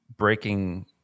breaking